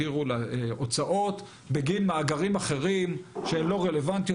התירו להוצאות בגין מאגרים אחרים שהן לא רלוונטיות.